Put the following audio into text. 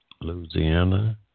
Louisiana